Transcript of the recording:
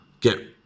Get